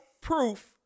proof